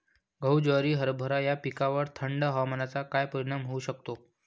गहू, ज्वारी, हरभरा या पिकांवर थंड हवामानाचा काय परिणाम होऊ शकतो?